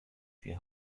die